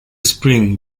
spring